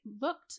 looked